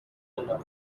ناخوشایند